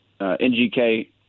NGK